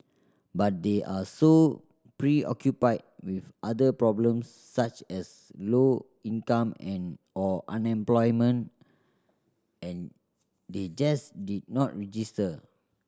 but they are so preoccupied with other problems such as low income and or unemployment and they just did not register